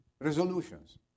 resolutions